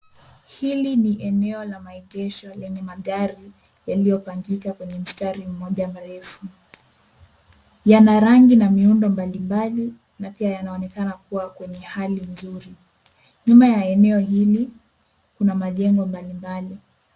Hili ni eneo la maegesho lenye magari yaliopangika kwenye mstari mmoja mrefu. Yana rangi na miundo mbalimbali na pia yanaonekana kuwa kwenye hali nzuri. Nyuma ya eneo hili kuna majengo mbalimbali.